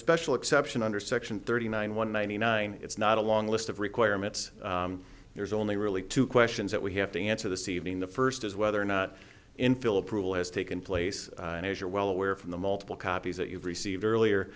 special exception under section thirty nine one ninety nine it's not a long list of requirements there's only really two questions that we have to answer the ceiling the first is whether or not infill approval has taken place and as you're well aware from the multiple copies that you've received earlier